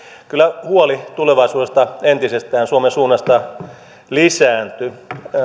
kyllä huoli tulevaisuudesta suomen suunnasta entisestään lisääntyi